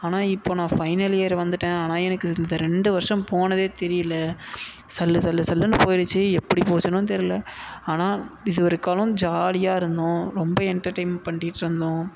ஆனால் இப்போ நான் ஃபைனல் இயர் வந்துவிட்டேன் ஆனால் எனக்கு இந்த ரெண்டு வருஷம் போனதே தெரியலை சல்லு சல்லு சல்லுன்னு போய்டுச்சு எப்படி போச்சுன்னும் தெரியலை ஆனால் இது வரைக்காலும் ஜாலியாக இருந்தோம் ரொம்ப என்டர்டெயின் பண்ணிட்டுருந்தோம்